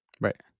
right